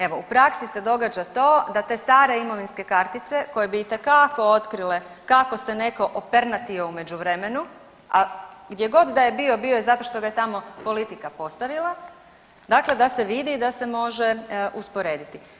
Evo, u praksi se događa to da te stare imovinske kartice, koje bi itekako otkrile kako se netko opernatio u međuvremenu, a gdje god da je bio, bio je zato što ga je tamo politika postavila, dakle da se vidi i da se može usporediti.